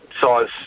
size